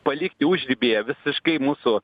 palikti užribyje visiškai mūsų